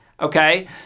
Okay